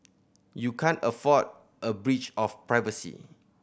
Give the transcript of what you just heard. you can't afford a breach of privacy